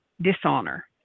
dishonor